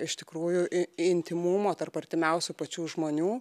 iš tikrųjų i intymumo tarp artimiausių pačių žmonių